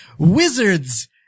Wizards